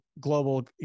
global